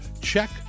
check